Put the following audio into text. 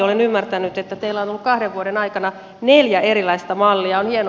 olen ymmärtänyt että teillä on ollut kahden vuoden aikana neljä erilaista mallia